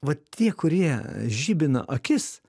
vat tie kurie žibina akis